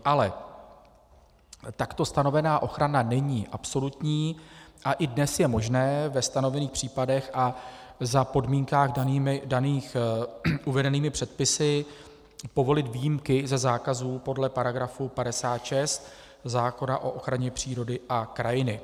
Ale takto stanovená ochrana není absolutní a i dnes je možné ve stanovených případech a za podmínek daných uvedenými předpisy povolit výjimky ze zákazů podle § 56 zákona o ochraně přírody a krajiny.